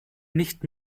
nicht